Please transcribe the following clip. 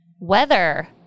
Weather